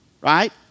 right